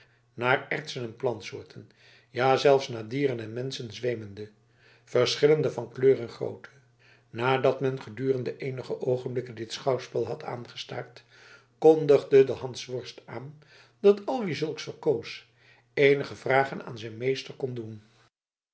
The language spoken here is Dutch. naar ertsen en plantsoorten ja zelfs naar dieren en menschen zweemende verschillende van kleur en grootte nadat men gedurende eenige oogenblikken dit schouwspel had aangestaard kondigde de hansworst aan dat al wie zulks verkoos eenige vragen aan zijn meester kon doen